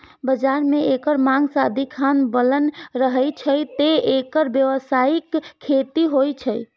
बाजार मे एकर मांग सदिखन बनल रहै छै, तें एकर व्यावसायिक खेती होइ छै